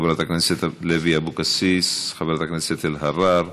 חברת הכנסת לוי אבקסיס, חברת הכנסת אלהרר,